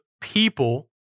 people